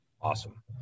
Awesome